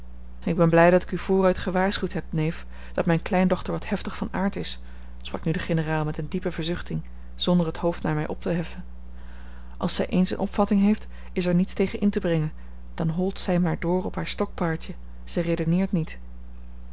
ik ben blij dat ik u vooruit gewaarschuwd heb neef dat mijn kleindochter wat heftig van aard is sprak nu de generaal met eene diepe verzuchting zonder het hoofd naar mij op te heffen als zij eens een opvatting heeft is er niets tegen in te brengen dan holt zij maar door op haar stokpaardje zij redeneert niet